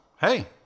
Hey